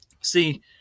See